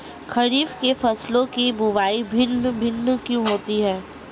खरीफ के फसलों की बुवाई भिन्न भिन्न क्यों होती है?